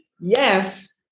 yes